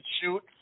shoot